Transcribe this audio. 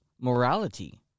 morality